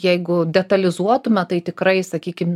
jeigu detalizuotume tai tikrai sakykim